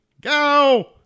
Go